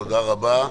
תודה רבה.